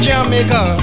Jamaica